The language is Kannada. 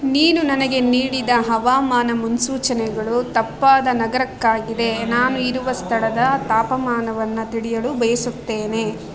ನೀನು ನನಗೆ ನೀಡಿದ ಹವಾಮಾನ ಮುನ್ಸೂಚನೆಗಳು ತಪ್ಪಾದ ನಗರಕ್ಕಾಗಿದೆ ನಾನು ಇರುವ ಸ್ಥಳದ ತಾಪಮಾನವನ್ನು ತಿಳಿಯಲು ಬಯಸುತ್ತೇನೆ